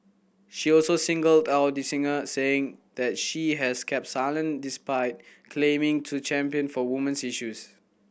she also singled out the singer saying that she has kept silent despite claiming to champion for women's issues